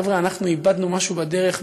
חבר'ה, אנחנו איבדנו משהו בדרך.